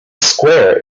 square